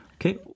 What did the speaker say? Okay